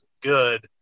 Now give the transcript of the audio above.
good